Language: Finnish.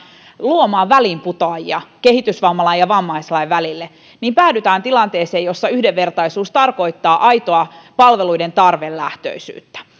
luomaan väliinputoajia kehitysvammalain ja vammaislain välille niin päädytään tilanteeseen jossa yhdenvertaisuus tarkoittaa aitoa palveluiden tarvelähtöisyyttä